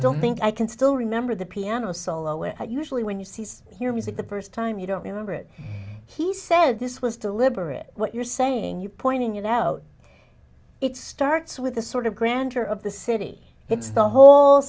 don't think i can still remember the piano solo where usually when you see your music the first time you don't remember it he said this was deliberate what you're saying you pointing it out it starts with the sort of grand tour of the city it's the whole